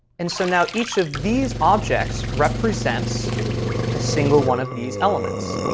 and so now each of these objects represents a single one of these elements.